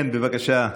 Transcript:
כן, בבקשה,